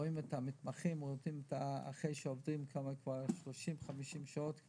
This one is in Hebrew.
רואים את המתמחים אחרי שעובדים כבר 30 או 50 שעות,